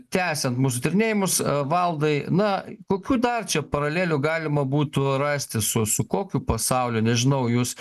tęsiant mūsų tyrinėjimus valdai na kokių dar čia paralelių galima būtų rasti su su kokiu pasauliu nežinau jūs